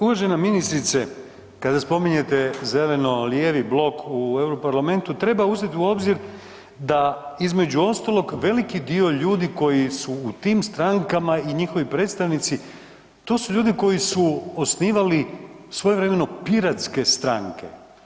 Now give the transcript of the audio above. Uvažena ministrice kada spominjete Zeleno lijevi blok u Europarlamentu treba uzeti u obzir da između ostalog veliki dio ljudi koji su u tim strankama i njihovi predstavnici to su ljudi koji su osnivali svojevremeno piratske stranke.